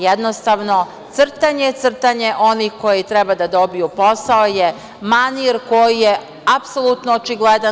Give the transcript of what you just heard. Jednostavno crtanje, crtanje onih koji treba da dobiju posao je manir koji je apsolutno očigledan.